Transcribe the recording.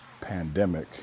pandemic